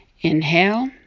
inhale